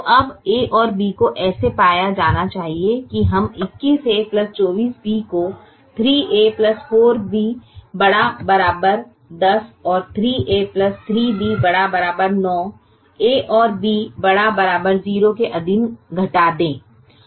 तो अब a और b को ऐसे पाया जाना चाहिए कि हम 21a 24b को 3a 4b ≥ 10 और 3a 3b ≥ 9 a और b ≥ 0 के अधीन घटा दें